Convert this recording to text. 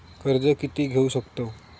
कर्ज कीती घेऊ शकतत?